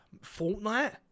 Fortnite